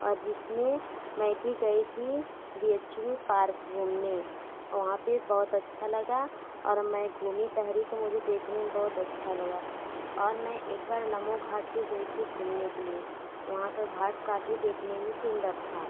और जिसमें मैं भी गई थी बी एच यू में पार्क घूमने वहाँ पर बहुत अच्छा लगा और मैं घूमी टहरी तो मुझे देखने में बहुत अच्छा लगा और मैं एक बार नमो घाट पर गई थी घूमने के लिए वहाँ का घाट का भी देखने में सुंदर था